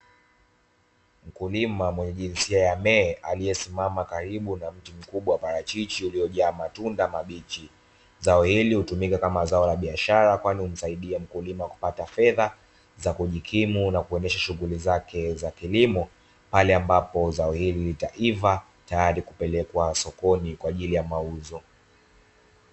Mkulima mwenye jinsia ya me aliyesimama karibu na mti mkubwa wa parachichi ulijaa matunda mabichi, zao ili hutumika kama zao la biashara kwani humsaidia mkulima kupata fedha za kujikimu na kuendesha shughuli zake za kilimo; pale ambapo zao hili litaiva tayali kupelekwa sokoni kwa ajili ya mauzo.